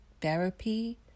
Therapy